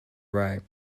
right